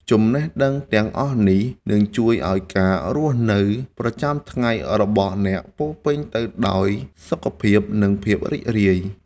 ចំណេះដឹងទាំងអស់នេះនឹងជួយឱ្យការរស់នៅប្រចាំថ្ងៃរបស់អ្នកពោរពេញទៅដោយសុខភាព និងភាពរីករាយ។